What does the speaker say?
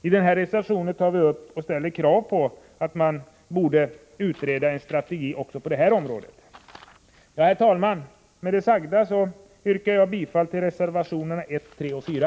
I reservation 4 ställer vi kravet att man skall utarbeta en strategi också på koldioxidområdet. Herr talman! Med det sagda yrkar jag bifall till reservationerna 1, 3 och 4.